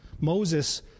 Moses